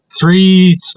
three